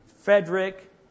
Frederick